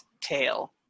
tail